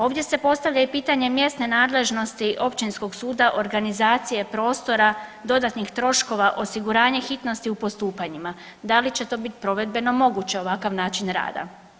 Ovdje se postavlja i pitanje mjesne nadležnosti općinskog suda, organizacije prostora, dodatnih troškova, osiguranje hitnosti u postupanjima, da li će to biti provedbeno moguće ovakav način rada.